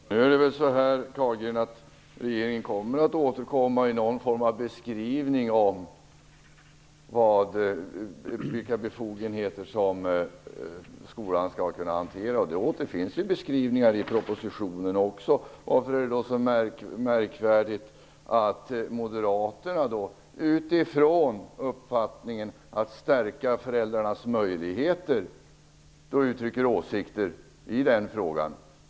Herr talman! Det är väl så, Andreas Carlgren, att regeringen kommer att återkomma med någon form av beskrivning av vilka befogenheter som skolan skall kunna hantera. Det återfinns ju beskrivningar i propositionen också. Varför är det då så märkvärdigt att moderaterna, utifrån att man vill stärka föräldrarnas möjligheter, uttrycker åsikter i den frågan?